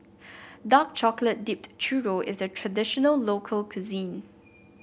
Dark Chocolate Dipped Churro is a traditional local cuisine